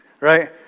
right